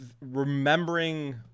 remembering